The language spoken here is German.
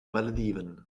malediven